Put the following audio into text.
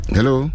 Hello